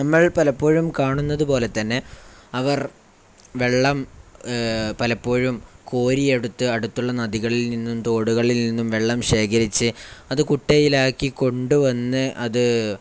നമ്മൾ പലപ്പോഴും കാണുന്നതുപോലെ തന്നെ അവർ വെള്ളം പലപ്പോഴും കോരിയെടുത്ത് അടുത്തുള്ള നദികളിൽ നിന്നും തോടുകളിൽ നിന്നും വെള്ളം ശേഖരിച്ച് അത് കുട്ടയിലാക്കി കൊണ്ടുവന്ന് അത്